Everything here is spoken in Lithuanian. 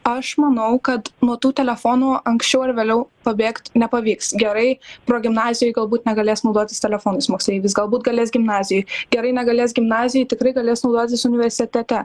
aš manau kad nuo tų telefonų anksčiau ar vėliau pabėgt nepavyks gerai progimnazijoj galbūt negalės naudotis telefonais moksleivis galbūt galės gimnazijoj gerai negalės gimnazijoj tikrai galės naudotis universitete